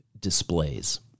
displays